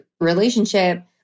relationship